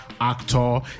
actor